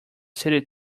city